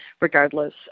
regardless